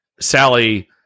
Sally